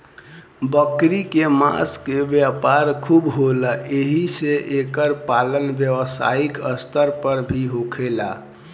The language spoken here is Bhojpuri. बकरी के मांस के व्यापार खूब होला एही से एकर पालन व्यवसायिक स्तर पर भी होखेला